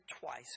twice